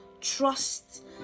trust